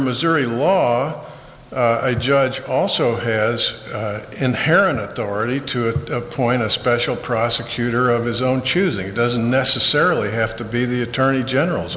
missouri law a judge also has inherent authority to a point a special prosecutor of his own choosing it doesn't necessarily have to be the attorney general's